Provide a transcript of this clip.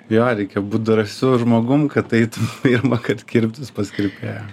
jo reikėjo būt drąsiu žmogum kad eitum pirmąkart kirptis pas kirpėją